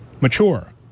mature